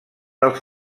als